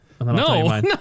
No